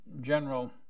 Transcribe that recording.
general